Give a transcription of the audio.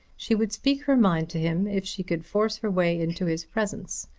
she would speak her mind to him if she could force her way into his presence.